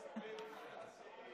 אז אני מביא את